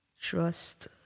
trust